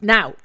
Now